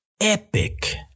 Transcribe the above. epic